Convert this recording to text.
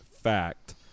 fact